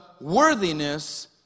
worthiness